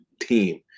team